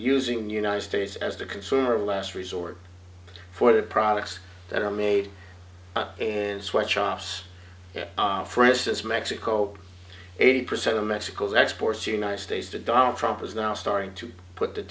the united states as the consumer of last resort for the products that are made in sweatshops for instance mexico eighty percent of mexico's exports united states to donald trump is now starting to put the